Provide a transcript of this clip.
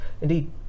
indeed